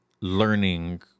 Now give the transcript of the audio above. learning